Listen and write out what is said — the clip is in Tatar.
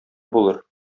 булыр